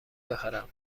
بخرم